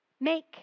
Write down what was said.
Make